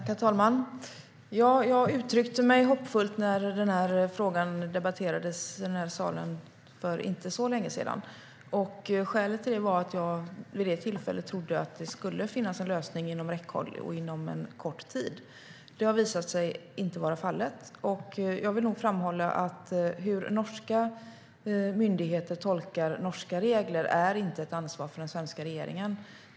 Herr talman! Ja, jag uttryckte mig hoppfullt när frågan debatterades i den här salen för inte så länge sedan. Skälet till det var att jag vid det tillfället trodde att det skulle finnas en lösning inom räckhåll och inom en kort tid. Det har visat sig inte vara fallet. Jag vill nog framhålla att hur norska myndigheter tolkar norska regler inte är ett ansvar för den svenska regeringen.